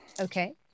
okay